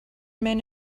men